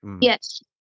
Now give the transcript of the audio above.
Yes